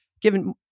given